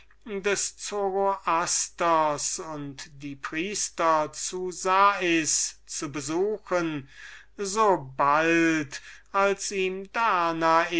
des zoroasters und die priester zu sais zu besuchen sobald als ihm danae